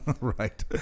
Right